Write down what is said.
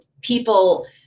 people